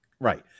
right